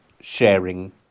sharing